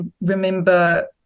remember